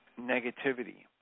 negativity